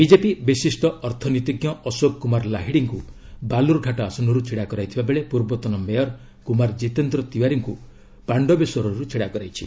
BJP ବିଶିଷ୍ଟ ଅର୍ଥନୀତିଜ୍ଞ ଅଶୋକ କୁମାର ଲାହିଡ଼ିଙ୍କୁ ବାଲୁରଘାଟ ଆସନରୁ ଛିଡ଼ା କରାଇଥିବା ବେଳେ ପୂର୍ବତନ ମେୟର କୁମାର ଜିତେନ୍ଦ୍ର ତିୱାରୀଙ୍କୁ ପାଣ୍ଡବେଶ୍ୱରରୁ ଛିଡ଼ା କରାଇଛି